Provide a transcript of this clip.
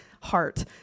heart